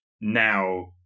now